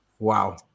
Wow